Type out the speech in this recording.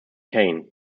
kane